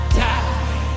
die